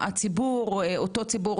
זה אותו ציבור,